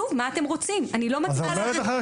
אנחנו בחקיקה ראשית ואנחנו עושים את התיקון הזה לאותו חוק.